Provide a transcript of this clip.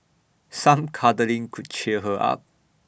some cuddling could cheer her up